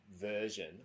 version